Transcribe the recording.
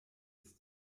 ist